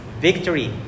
victory